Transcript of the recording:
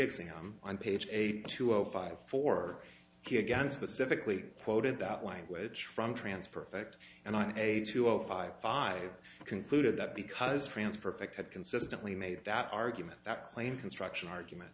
exam on page eight two zero five four he against pacifically quoted that language from transfer effect and on a two zero five five concluded that because france perfect had consistently made that argument that claim construction argument